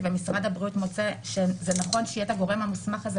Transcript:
ומשרד הבריאות מוצא שזה נכון שיהיה את הגורם המוסמך הזה,